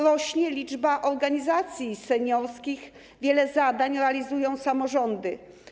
Rośnie liczba organizacji seniorskich, wiele zadań realizują samorządy.